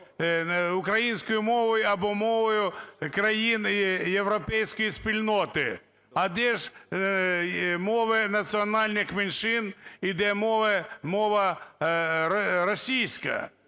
українською мовою або мовою країн європейської спільноти. А де ж мови національних меншин? І де мова російська?